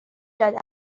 داده